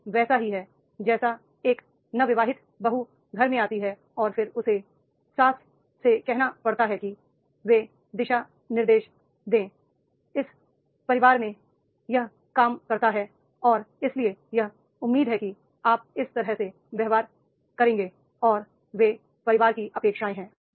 यह वैसा ही है जैसे एक नवविवाहित बहू घर में आती है और फिर उसे सास से कहना पड़ता है कि ये दिशा निर्देश दे इस परिवार में यह काम करता है और इसलिए यह उम्मीद है कि आप इस तरह से व्यवहार करेंगे और ये परिवार की अपेक्षाएं हैं